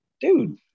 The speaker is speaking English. Dude